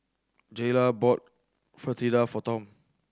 Jaylah bought Fritada for Tom